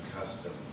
custom